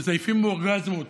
מזייפים אורגזמות,